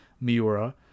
Miura